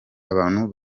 abantu